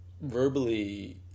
verbally